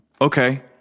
Okay